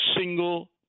single